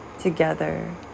together